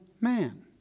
man